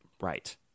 Right